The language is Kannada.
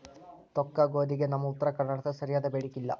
ತೊಕ್ಕಗೋಧಿಗೆ ನಮ್ಮ ಉತ್ತರ ಕರ್ನಾಟಕದಾಗ ಸರಿಯಾದ ಬೇಡಿಕೆ ಇಲ್ಲಾ